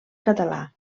català